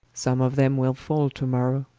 some of them will fall to morrow,